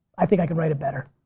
i think i can write it better.